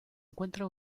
encuentra